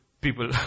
people